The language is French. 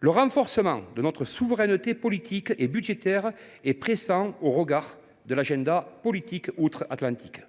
Le renforcement de notre souveraineté politique et budgétaire est pressant au regard de l’agenda politique outre Atlantique.